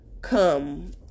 come